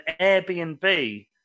Airbnb